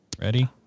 Ready